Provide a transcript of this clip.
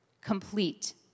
complete